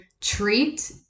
treat